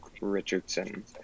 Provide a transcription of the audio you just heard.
Richardson